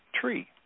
tree